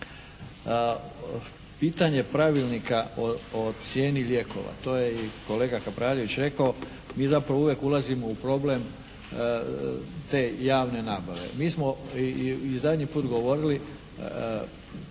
Pitanje pravilnika o cijeni lijekova. To je i kolega Kapraljević rekao. Mi zapravo uvijek ulazimo u problem te javne nabave. Mi smo i zadnji put govorili.